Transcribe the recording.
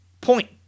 point